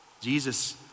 Jesus